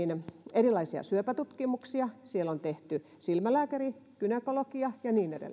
erilaisia syöpätutkimuksia siellä on tehty silmälääkärin ja gynekologin tutkimuksia ja niin edelleen